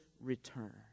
return